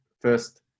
first